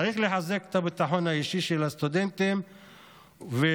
צריך לחזק את הביטחון האישי של הסטודנטים ולהסיר